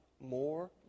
more